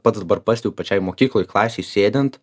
pats dabar pastebiu pačiai mokykloj klasėj sėdint